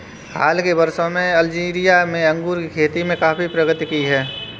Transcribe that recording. हाल के वर्षों में अल्जीरिया में अंगूर की खेती ने काफी प्रगति की है